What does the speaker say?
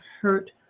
hurt